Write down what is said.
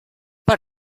per